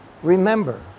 Remember